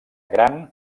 gran